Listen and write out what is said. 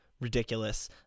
ridiculous